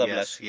Yes